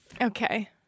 Okay